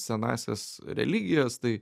senąsias religijas tai